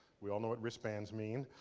we all know what wristbands mean.